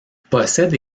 possède